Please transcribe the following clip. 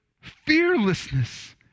fearlessness